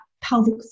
pelvic